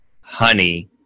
honey